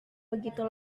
begitu